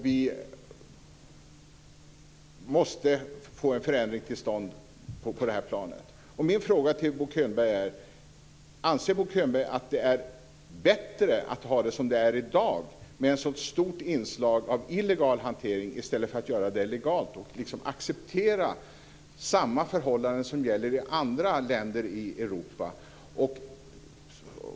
Vi måste få en förändring till stånd på det planet. Anser Bo Könberg att det är bättre att ha det som det är i dag med ett så stort inslag av illegal hantering i stället för att göra det legalt och acceptera samma förhållanden som gäller i andra länder i Europa?